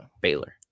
Baylor